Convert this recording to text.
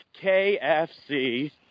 KFC